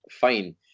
fine